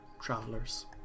Travelers